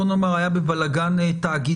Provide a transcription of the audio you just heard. בוא נאמר שהוא היה בבלגן תאגידי,